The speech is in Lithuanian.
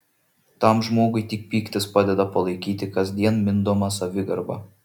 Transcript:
tam žmogui tik pyktis padeda palaikyti kasdien mindomą savigarbą